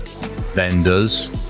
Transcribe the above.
vendors